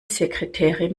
sekretärin